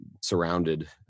surrounded